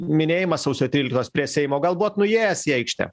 minėjimas sausio tryliktos prie seimo gal buvot nuėjęs į aikštę